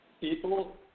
people –